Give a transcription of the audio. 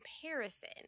comparison